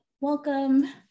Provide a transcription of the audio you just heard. Welcome